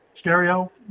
stereo